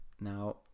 Now